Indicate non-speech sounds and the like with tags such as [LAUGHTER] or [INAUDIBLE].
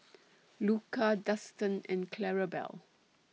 [NOISE] Luka Dustan and Clarabelle